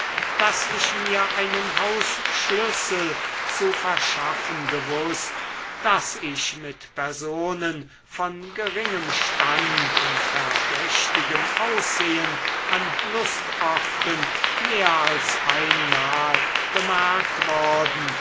daß ich mir einen hausschlüssel zu verschaffen gewußt daß ich mit personen von geringem stand und verdächtigem aussehen an lustorten mehr als einmal bemerkt worden